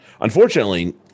unfortunately